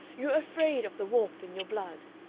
you are afraid of the warmth in your blood.